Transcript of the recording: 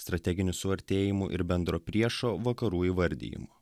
strateginių suartėjimų ir bendro priešo vakarų įvardijimu